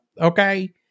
Okay